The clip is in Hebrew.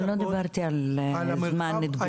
אני לא דיברתי על זמן תגובה.